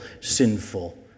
sinful